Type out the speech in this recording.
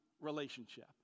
relationship